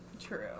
True